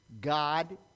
God